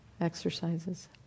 exercises